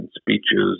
speeches